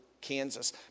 Kansas